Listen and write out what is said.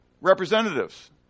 representatives